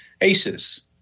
ACES